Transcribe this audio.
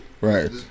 Right